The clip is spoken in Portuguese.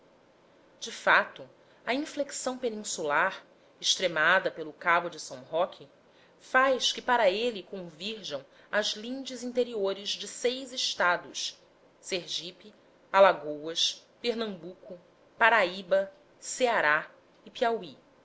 de fato a inflexão peninsular extremada pelo cabo de s roque faz que para ele convirjam as lindes interiores de seis estados sergipe alagoas pernambuco paraíba ceará e piauí